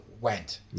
went